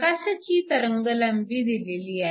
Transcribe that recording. प्रकाशाची तरंगलांबी दिलेली आहे